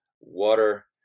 water